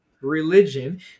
religion